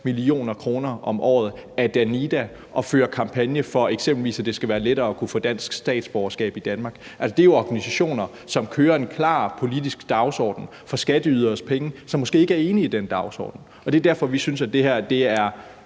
mio. kr. om året af Danida, og de fører eksempelvis kampagne for, at det skal være lettere at kunne få dansk statsborgerskab i Danmark. Altså, det er jo organisationer, som kører en klar politisk dagsorden for nogle skatteyderes penge, som måske ikke er enige i den dagsorden. Det er derfor, vi synes, at det her er